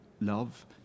love